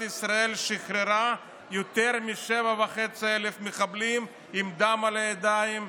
ישראל שחררה יותר מ-7,500 מחבלים עם דם על ידיים,